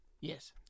Yes